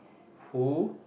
who